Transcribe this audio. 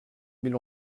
mille